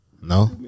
No